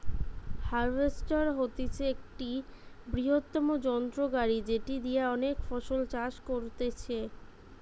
harvester হতিছে একটা বৃহত্তম যন্ত্র গাড়ি যেটি দিয়া অনেক ফসল চাষ করতিছে